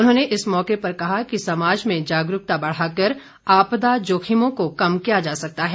उन्होंने इस मौके पर कहा कि समाज में जागरूकता बढ़ाकर आपदा जोखिमों को कम किया जा सकता है